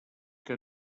que